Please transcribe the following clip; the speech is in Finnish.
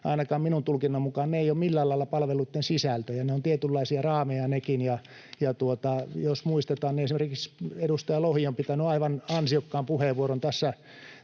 ainakaan minun tulkintani mukaan ne eivät ole millään lailla palveluitten sisältöjä, ne ovat tietynlaisia raameja. Jos muistetaan, niin esimerkiksi edustaja Lohi on pitänyt aivan ansiokkaan puheenvuoron tässä